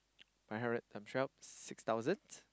one hundred times twelve six thousand